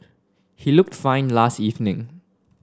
he looked fine last evening